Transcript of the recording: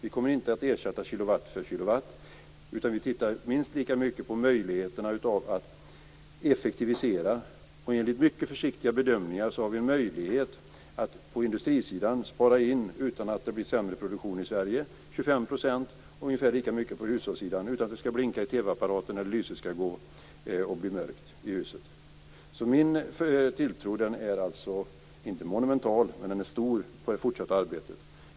Vi kommer inte att ersätta kilowatt för kilowatt, utan vi tittar minst lika mycket på möjligheterna att effektivisera. Och enligt mycket försiktiga bedömningar har vi möjlighet att på industrisidan spara in 25 % utan att det blir sämre produktion i Sverige och ungefär lika mycket på hushållssidan utan att det skall blinka i TV-apparaterna och utan att det skall bli mörkt i husen. Min tilltro är alltså inte monumental men stor på det fortsatta arbetet.